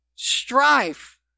Strife